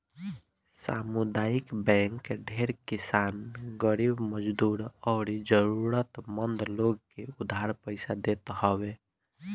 सामुदायिक बैंक ढेर किसान, गरीब मजदूर अउरी जरुरत मंद लोग के उधार पईसा देत हवे